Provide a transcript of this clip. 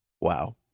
wow